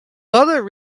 other